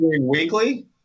weekly